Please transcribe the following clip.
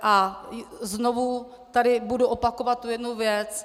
A znovu tady budu opakovat jednu věc.